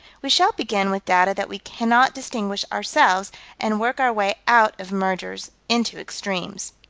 we shall begin with data that we cannot distinguish ourselves and work our way out of mergers into extremes.